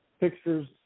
pictures